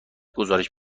گزارش